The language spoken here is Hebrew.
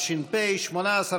היום כ' בחשוון התש"ף,